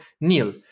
Neil